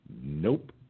Nope